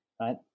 right